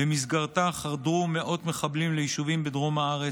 שבמסגרתה חדרו מאות מחבלים ליישובים בדרום הארץ.